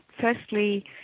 Firstly